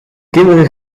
kinderen